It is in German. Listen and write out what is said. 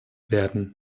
werden